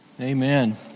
Amen